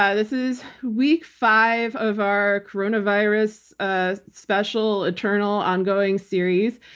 yeah this is week five of our coronavirus ah special eternal ongoing series.